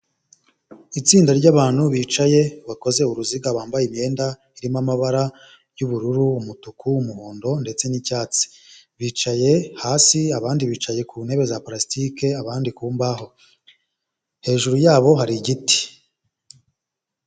Itsinda ry'abantu bicaye bakoze uruziga bambaye imyenda irimo amabara y'ubururu, umutuku, umuhondo ndetse n'icyatsi bicaye hasi abandi bicaye ku ntebe za purasitike abandi ku mbaho, hejuru yabo hari igiti.